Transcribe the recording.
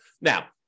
Now